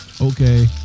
Okay